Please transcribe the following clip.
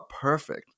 perfect